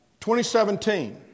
2017